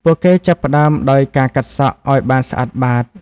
ពួកគេចាប់ផ្ដើមដោយ ការកាត់សក់ ឱ្យបានស្អាតបាត។